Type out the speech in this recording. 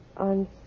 On